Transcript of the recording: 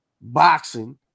boxing